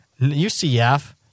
UCF